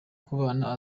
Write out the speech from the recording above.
kubana